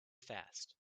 fast